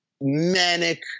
manic